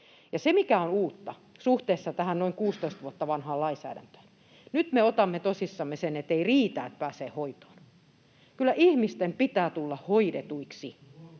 Ja mikä on uutta suhteessa tähän noin 16 vuotta vanhaan lainsäädäntöön: nyt me otamme tosissamme sen, ettei riitä, että pääsee hoitoon. Kyllä ihmisten pitää tulla hoidetuiksi,